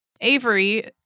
Avery